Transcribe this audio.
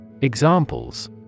Examples